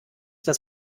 das